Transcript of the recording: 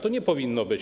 Tak nie powinno być.